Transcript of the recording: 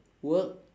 work